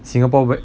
singapore ver~